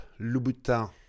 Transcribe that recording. Louboutin